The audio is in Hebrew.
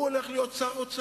הוא הולך להיות שר האוצר.